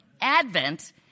Advent